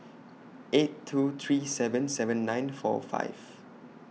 eight two three seven seven nine four five